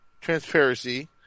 Transparency